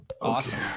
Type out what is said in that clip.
Awesome